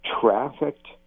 trafficked